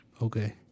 Okay